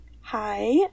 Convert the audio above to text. Hi